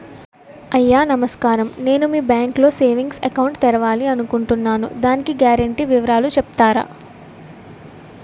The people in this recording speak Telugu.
అయ్యా నమస్కారం నేను మీ బ్యాంక్ లో సేవింగ్స్ అకౌంట్ తెరవాలి అనుకుంటున్నాను దాని గ్యారంటీ వివరాలు చెప్తారా?